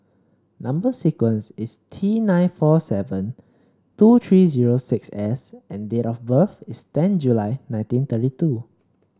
number sequence is T nine four seven two three zero six S and date of birth is ten July nineteen thirty two